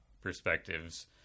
perspectives